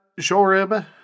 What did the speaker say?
Jorib